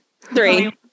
three